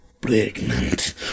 pregnant